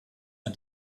are